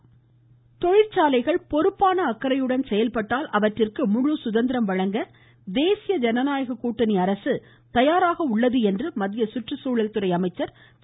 பிரகாஷ் ஜவ்டேகர் தொழிற்சாலைகள் பொறுப்பான அக்கறையுடன் செயல்பட்டால் அவற்றிற்கு முழு சுதந்திரம் வழங்க தேசிய ஜனநாயக கூட்டணி அரசு தயாராக இருப்பதாக மத்திய சுற்றுச்சூழல் துறை அமைச்சர் திரு